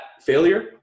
failure